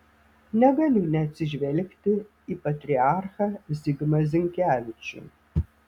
negaliu neatsižvelgti į patriarchą zigmą zinkevičių